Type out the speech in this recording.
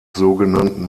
sogenannten